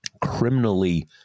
criminally